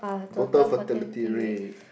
total fertility rate